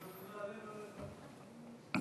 אדוני היושב-ראש, חברי חברי הכנסת,